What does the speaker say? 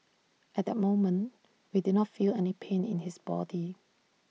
at that moment we did not feel any pain in his body